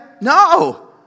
No